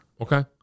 Okay